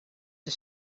the